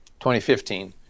2015